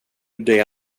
det